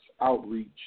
outreach